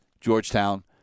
Georgetown